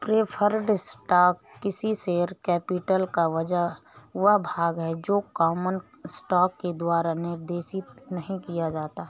preferred stock किसी share capital का वह भाग है जो कॉमन स्टॉक के द्वारा निर्देशित नहीं किया जाता है